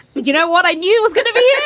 you know, what i knew was going to be